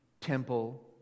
temple